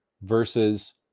versus